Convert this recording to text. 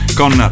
con